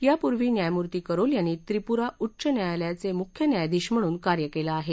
यापूर्वी न्यायमूर्ती करोल यांनी त्रिपूरा उच्च न्यायालयाचे मुख्य न्यायाधीश म्हणून कार्य केलं आहे